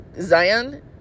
Zion